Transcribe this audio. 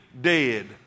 dead